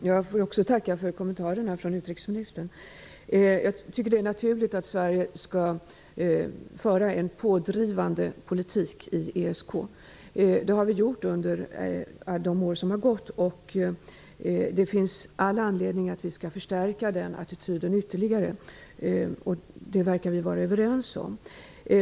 Herr talman! Också jag får tacka för utrikesministerns kommentarer. Jag tycker att det är naturligt att Sverige skall föra en pådrivande politik i ESK. Det har vi gjort under de år som har gått. Vi verkar vara överens om att vi har all anledning att ytterligare förstärka den attityden.